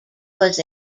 was